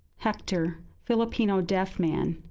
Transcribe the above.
hector, filipino deaf man.